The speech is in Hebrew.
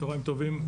צוהריים טובים,